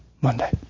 Monday